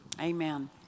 Amen